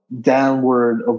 downward